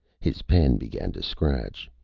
his pen began to scratch.